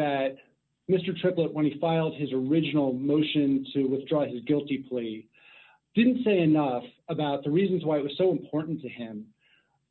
that mr triplett when he filed his original motion to withdraw his guilty plea didn't say enough about the reasons why it was so important to him